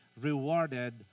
rewarded